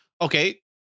Okay